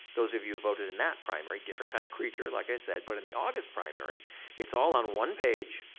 those of you voted in that primary, different kind of creature, like i said, but in the august primary it's all on one page.